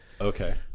Okay